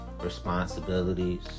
responsibilities